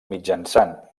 mitjançant